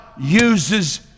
uses